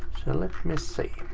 so let me see.